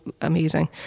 amazing